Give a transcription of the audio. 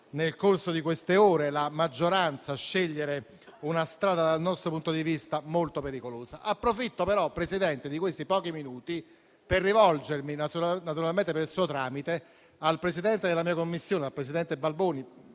nel corso di queste ore, la maggioranza scegliere una strada dal nostro punto di vista molto pericolosa. Approfitto, però, Presidente, dei pochi minuti per rivolgermi, naturalmente per il suo tramite, al Presidente della mia Commissione, il presidente Balboni,